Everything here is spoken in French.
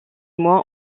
moins